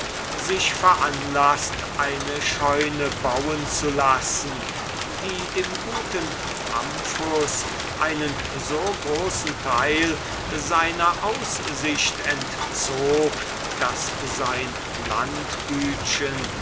sich veranlaßt eine scheune bauen zu lassen die dem guten pamphus einen so großen teil seiner aussicht entzog daß sein